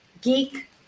geek